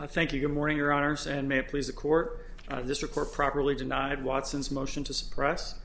or thank you good morning your honour's and may please the core of this report properly denied watson's motion to suppress